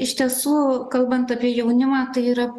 iš tiesų kalbant apie jaunimą tai yra